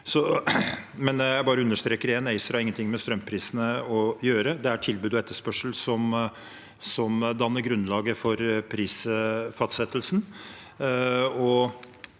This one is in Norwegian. igjen understreke: ACER har ingenting med strømprisene å gjøre. Det er tilbud og etterspørsel som danner grunnlaget for prisfastsettelsen.